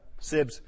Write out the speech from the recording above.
sibs